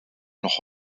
noch